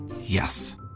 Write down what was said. Yes